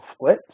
split